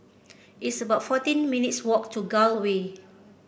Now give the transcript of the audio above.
it's about fourteen minutes' walk to Gul Way